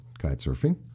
kitesurfing